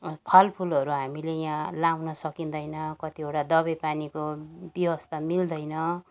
फुलफुलहरू हामीले यहाँ लगाउनु सकिँदैन कतिवटा दबाई पानीको व्यवस्था मिल्दैन